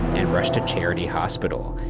and rushed to charity hospital,